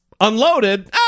unloaded